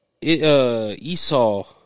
Esau